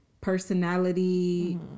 personality